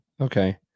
Okay